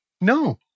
No